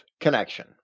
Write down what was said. connection